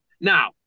Now